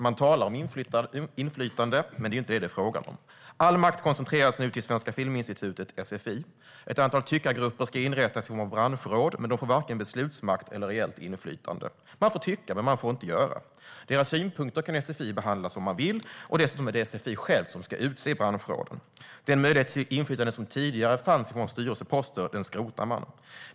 Man talar om inflytande, men det är det inte fråga om. All makt koncentreras nu till Svenska Filminstitutet, SFI. Ett antal tyckargrupper ska inrättas i form av branschråd, men de får varken beslutsmakt eller reellt inflytande. De får tycka, men de får inte fatta beslut. Deras synpunkter kan SFI behandla som det vill, och det är dessutom SFI självt som ska utse branschråden. Den möjlighet till inflytande som tidigare fanns i form av styrelseposter skrotade man.